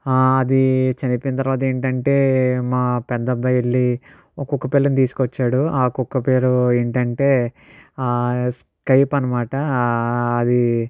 అది చనిపోయిన తర్వాత ఏంటంటే మా పెద్దబ్బాయి వెళ్ళి ఒక కుక్క పిల్లను తీసుకొచ్చాడు ఆ కుక్క పేరు ఏంటంటే స్కైప్ అనమాట